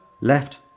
left